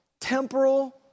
temporal